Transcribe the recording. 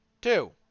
Two